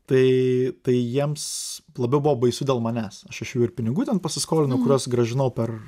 tai tai jiems labiau buvo baisu dėl manęs aš iš jų ir pinigų ten pasiskolinau kuriuos grąžinau per